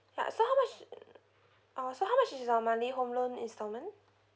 ya so how much uh so how much is your monthly home loan installment